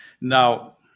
Now